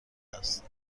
است